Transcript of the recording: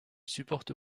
supporte